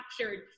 captured